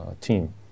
team